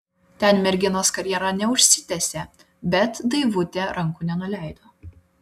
ten merginos karjera neužsitęsė bet daivutė rankų nenuleido